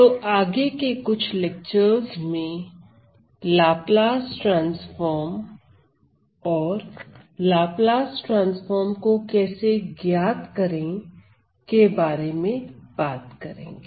तो आगे के कुछ लेक्चरस में लाप्लास ट्रांसफार्म और लाप्लास ट्रांसफार्म को कैसे ज्ञात करें के बारे में बात करेंगे